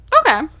Okay